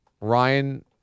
Ryan